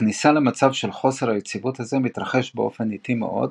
הכניסה למצב של חוסר היציבות הזה מתרחש באופן איטי מאוד,